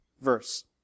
verse